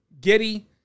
Giddy